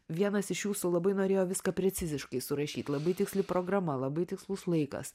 vienas iš jūsų labai norėjo viską preciziškai surašyt labai tiksli programa labai tikslus laikas